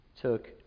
took